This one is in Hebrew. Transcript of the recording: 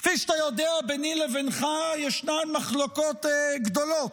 כפי שאתה יודע, ביני לבינך ישנן מחלוקות גדולות,